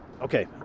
okay